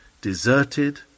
deserted